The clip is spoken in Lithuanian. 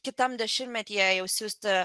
kitam dešimtmetyje jau siųsti